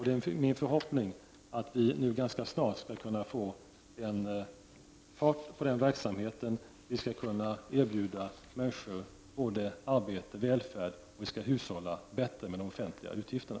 Det är min förhoppning att vi nu ganska snart skall kunna få fart på den verksamheten, erbjuda människor både arbete och välfärd samt hushålla bättre med de offentliga utgifterna.